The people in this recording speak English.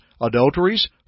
adulteries